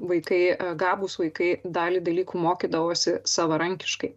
vaikai gabūs vaikai dalį dalykų mokydavosi savarankiškai